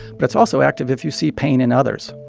but it's also active if you see pain in others.